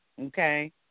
okay